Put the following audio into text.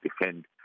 defend